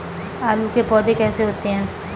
आलू के पौधे कैसे होते हैं?